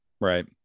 Right